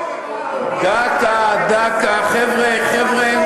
חבר'ה, חבר'ה,